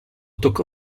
toccò